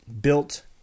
built